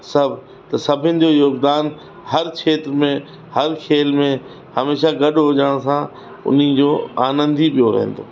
सभु त सभिनि जो योगदान हर क्षेत्र में हर खेल में हमेशा गॾु हुजण सां उन्ही जो आनंद ई ॿियो रहंदो